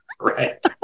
Right